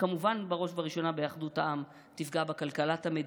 כמובן בראש ובראשונה באחדות העם, תפגע